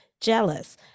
jealous